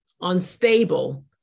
unstable